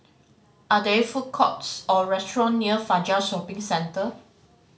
are there food courts or restaurant near Fajar Shopping Centre